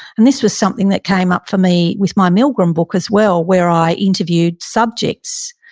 and this was something that came up for me with my milgram book as well where i interviewed subjects,